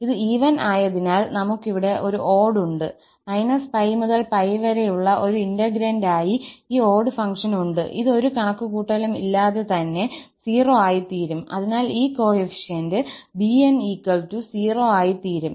ഇത് ഈവൻ ആയതിനാൽ നമുക് ഇവിടെ ഒരു ഓഡ്ഡ് ഉണ്ട് -𝜋 മുതൽ 𝜋 വരെയുള്ള ഒരു ഇന്റെഗ്രേണ്ട ആയി ഈ ഓഡ്ഡ് ഫംഗ്ഷൻ ഉണ്ട് ഇത് ഒരു കണക്കുകൂട്ടലും ഇല്ലാതെ തന്നെ 0 ആയിത്തീരും അതിനാൽ ഈ കോഎഫിഷ്യന്റ് 𝑏𝑛0 ആയിത്തീരും